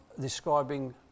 describing